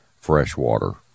freshwater